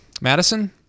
Madison